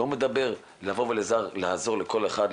לא מדבר על לבוא ולעזור לכל אחד,